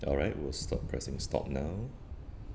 alright we'll stop pressing stop now